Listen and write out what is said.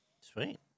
Sweet